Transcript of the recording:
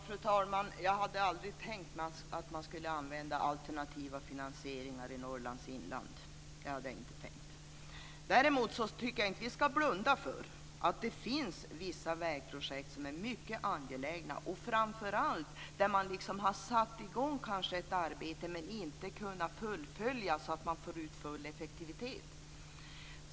Fru talman! Jag hade aldrig tänkt mig att man skulle använda alternativa finansieringar i Norrlands inland. Däremot tycker jag inte att vi ska blunda för att det finns vissa vägprojekt som är mycket angelägna. Det gäller framför allt i de fall då man kanske har satt i gång ett arbete men inte har kunnat fullfölja så att det har blivit full effektivitet.